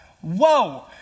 Whoa